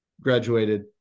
graduated